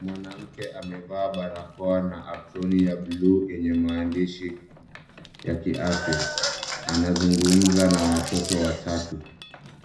Mwanamke amevaa barakoa na aproni ya bluu yenye maandishi ya kiafya. Anazungumza na watoto watatu.